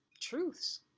truths